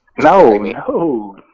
No